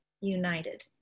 united